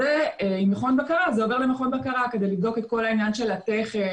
ועם מכון בקרה זה עובר למכון בקרה כדי לבדוק את כל העניין של התכן,